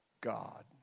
God